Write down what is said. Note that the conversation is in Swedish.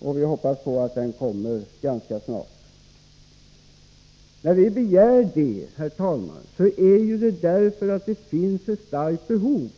och vi hoppas att planen kommer ganska snart. Vi begär en barnomsorgsplan, herr talman, därför att det finns ett starkt behov.